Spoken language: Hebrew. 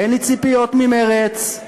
אין לי ציפיות ממרצ,